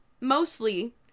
mostly